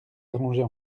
arranger